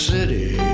City